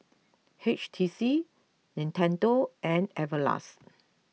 H T C Nintendo and Everlast